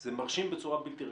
זה מרשים בצורה בלתי רגילה.